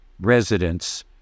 residents